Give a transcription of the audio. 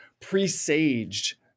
presaged